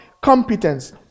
competence